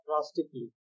drastically